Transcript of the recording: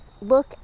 look